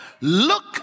Look